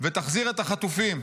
ותחזיר את החטופים.